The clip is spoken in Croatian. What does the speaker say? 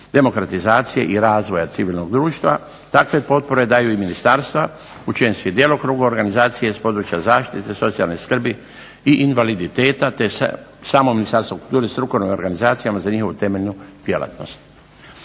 demokratizacije i razvoja civilnog društva. Takve potpore daju i ministarstva u čijem su i djelokrugu organizacije iz područje zaštite, socijalne skrbi i invaliditeta te … /Govornik se ne razumije./… za njihovu temeljnu djelatnost.